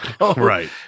Right